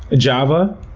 ah java,